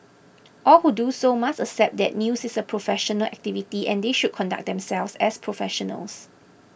all who do so must accept that news is a professional activity and they should conduct themselves as professionals